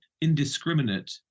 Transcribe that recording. indiscriminate